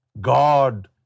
God